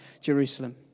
Jerusalem